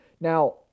Now